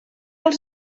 els